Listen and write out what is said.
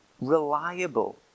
reliable